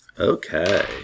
Okay